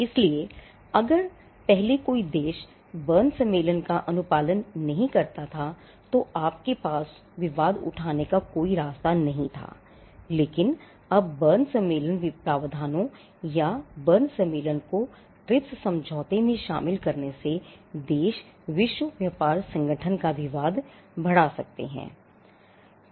इसलिए पहले अगर कोई देश बर्न सम्मेलन का अनुपालन नहीं करता था तो आपके पास विवाद उठाने का कोई रास्ता नहीं था लेकिन अब बर्न सम्मेलन प्रावधानों या बर्न सम्मेलन को ट्रिप्स समझौते में शामिल करने से देश विश्व व्यापार संगठन का विवाद बढ़ा सकते थे